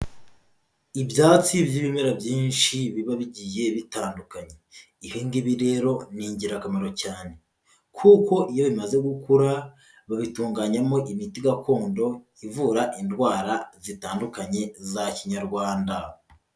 Ibyatsi by'ibimera byinshi biba bigiye bitandukanye, ibi ngibi rero ni ingirakamaro cyane kuko iyo bimaze gukura babitunganyamo imiti gakondo ivura indwara zitandukanye za kinyarwanda.